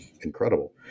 incredible